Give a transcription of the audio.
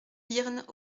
hirn